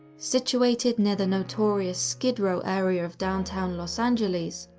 situated near the notorious skid row area of downtown los angeles,